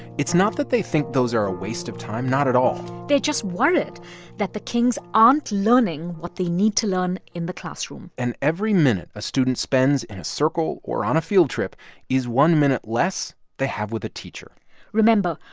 it's not that they think those are a waste of time, not at all they're just worried that the kings aren't learning what they need to learn in the classroom and every minute a student spends in a circle or on a field trip is one minute less they have with a teacher remember,